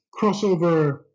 crossover